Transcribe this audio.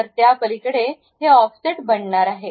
तर त्या पलीकडे हे ऑफसेट बनवणार आहे